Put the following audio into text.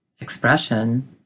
expression